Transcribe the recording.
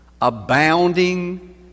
Abounding